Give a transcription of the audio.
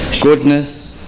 Goodness